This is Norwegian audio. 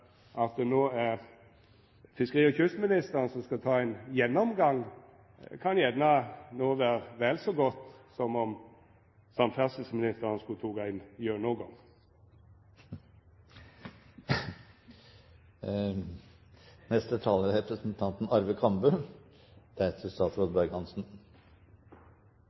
at ho har kanskje meir enn nok. At det no er fiskeri- og kystministeren som skal ta ein gjennomgang, kan gjerne vera vel så godt som at samferdselsministeren skulle teke ein «gjønogang». Det er